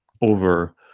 over